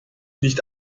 nicht